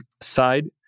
side